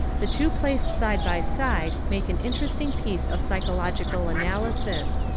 the two placed side by side make an interesting piece of psychological analysis.